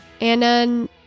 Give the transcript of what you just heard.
Anna